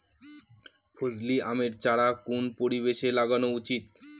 ফজলি আমের চারা কোন পরিবেশে লাগানো উচিৎ?